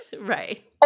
Right